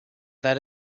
that